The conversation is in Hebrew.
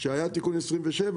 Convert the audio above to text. שהיה תיקון 27,